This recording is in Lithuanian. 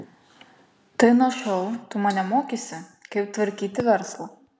tai nuo šiol tu mane mokysi kaip tvarkyti verslą